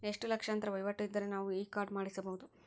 ಎಷ್ಟು ಲಕ್ಷಾಂತರ ವಹಿವಾಟು ಇದ್ದರೆ ನಾವು ಈ ಕಾರ್ಡ್ ಮಾಡಿಸಬಹುದು?